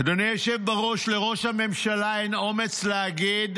אדוני היושב בראש, לראש הממשלה אין אומץ להגיד